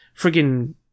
friggin